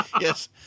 Yes